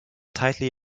tightly